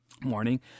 morning